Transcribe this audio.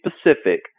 specific